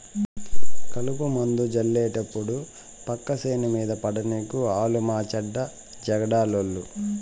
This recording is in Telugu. కలుపుమందు జళ్లేటప్పుడు పక్క సేను మీద పడనీకు ఆలు మాచెడ్డ జగడాలోళ్ళు